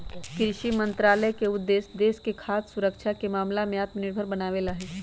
कृषि मंत्रालय के उद्देश्य देश के खाद्य सुरक्षा के मामला में आत्मनिर्भर बनावे ला हई